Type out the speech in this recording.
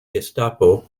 gestapo